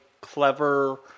clever